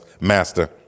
Master